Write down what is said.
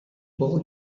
will